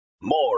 More